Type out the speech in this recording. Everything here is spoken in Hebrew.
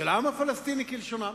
של העם הפלסטיני, כלשונם.